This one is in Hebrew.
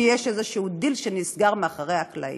כי יש איזשהו דיל שנסגר מאחורי הקלעים.